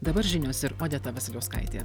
dabar žinios ir odeta vasiliauskaitė